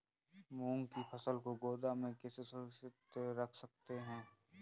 मूंग की फसल को गोदाम में कैसे सुरक्षित रख सकते हैं?